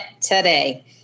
today